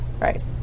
Right